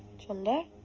chunder!